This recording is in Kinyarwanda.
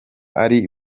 ari